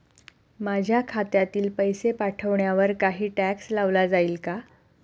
माझ्या खात्यातील पैसे पाठवण्यावर काही टॅक्स लावला जाईल का?